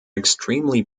extremely